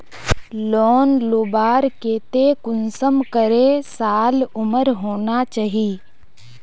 Loan लुबार केते कुंसम करे साल उमर होना चही?